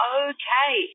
okay